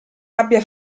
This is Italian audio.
abbia